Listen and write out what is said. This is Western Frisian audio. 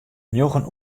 njoggen